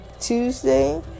Tuesday